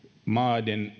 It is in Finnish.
maiden